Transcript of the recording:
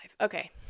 okay